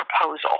proposal